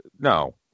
no